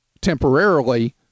temporarily